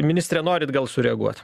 ministre norit atgal sureaguot